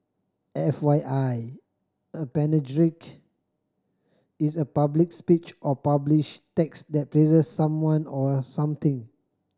F Y I a panegyric is a public speech or published text that praises someone or something